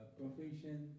profession